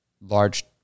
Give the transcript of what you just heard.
large